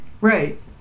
Right